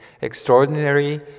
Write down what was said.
Extraordinary